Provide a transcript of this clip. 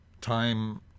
Time